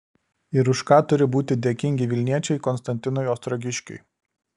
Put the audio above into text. ir už ką turi būti dėkingi vilniečiai konstantinui ostrogiškiui